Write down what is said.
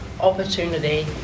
opportunity